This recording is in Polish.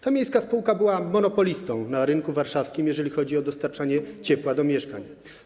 Ta miejska spółka była monopolistą na rynku warszawskim, jeżeli chodzi o dostarczanie ciepła do mieszkań.